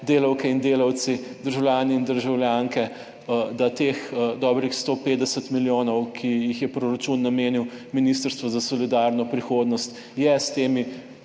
delavke in delavci, državljani in državljanke, da teh dobrih 150 milijonov, ki jih je proračun namenil Ministrstvu za solidarno prihodnost, je s temi